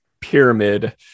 pyramid